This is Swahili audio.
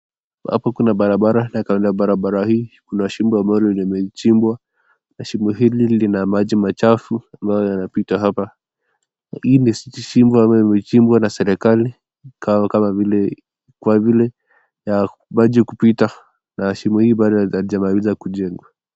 Hapo kuna barabara na kando ya barabara hii kuna shimo ambalo limechimbwa na shimo hili lina maji machafu ambayo yanipata hapa. Hii ni shimo ambayo imechimbwa na serikali kama vile kwa vile ya maji kupita na shimo hii bado haijamalizwa kujengwa.